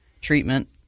treatment